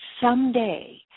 someday